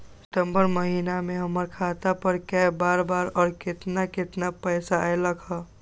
सितम्बर महीना में हमर खाता पर कय बार बार और केतना केतना पैसा अयलक ह?